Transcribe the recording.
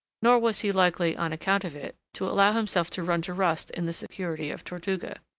nor was he likely, on account of it, to allow himself to run to rust in the security of tortuga.